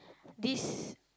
this